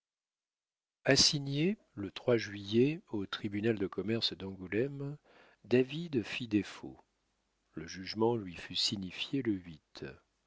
assigné le juillet au tribunal de commerce d'angoulême david fit défaut le jugement lui fut signifié le